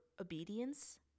obedience